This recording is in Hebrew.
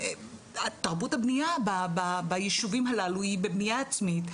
תרבות הבנייה ביישובים הללו היא בנייה עצמית,